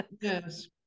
Yes